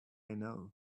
know